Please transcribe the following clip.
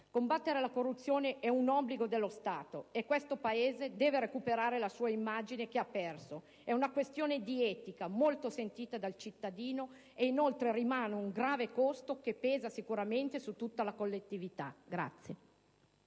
Combattere la corruzione è un obbligo dello Stato e questo Paese deve recuperare l'immagine che ha perso. È una questione di etica, molto sentita dal cittadino e inoltre rimane un grave costo che pesa sicuramente su tutta la collettività.